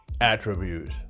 attributes